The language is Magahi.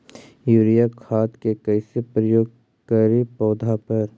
यूरिया खाद के कैसे प्रयोग करि पौधा पर?